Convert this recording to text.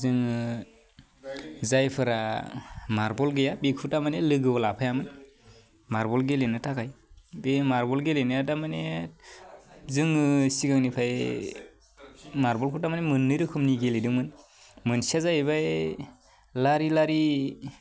जोङो जायफोरा मार्बल गैया बेखौ थारमाने लोगोयाव लाफायामोन मार्बल गेलेनो थाखाय बे मार्बल गेलेनाया दा माने जोङो सिगांनिफाइ मार्बलखौ थामाने मोन्नै रोखोमनि गेलेदोंमोन मोनसेया जाहैबाय लारि लारि